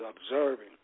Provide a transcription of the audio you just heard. observing